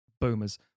boomers